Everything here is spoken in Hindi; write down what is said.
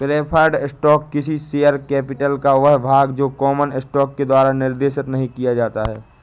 प्रेफर्ड स्टॉक किसी शेयर कैपिटल का वह भाग है जो कॉमन स्टॉक के द्वारा निर्देशित नहीं किया जाता है